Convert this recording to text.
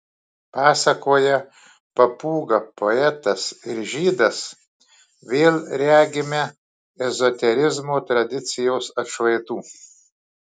pasakoje papūga poetas ir žydas vėl regime ezoterizmo tradicijos atšvaitų